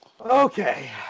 okay